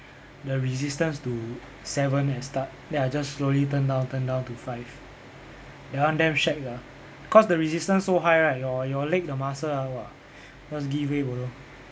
the resistance to seven and start then I just slowly turn down turn down to five that one damn shag sia cause the resistance so high right your your leg the muscle ah !wah! just give way bodoh